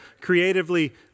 creatively